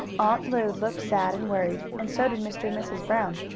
aunt lu looked sad and worried, and so did mr. and mrs. brown.